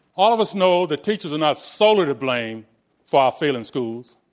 all of us know that teachers are not solely to blame for our failing schools.